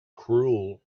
cruel